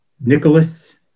Nicholas